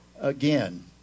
again